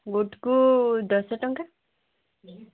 ଗୋଟେକୁ ଦଶ ଟଙ୍କା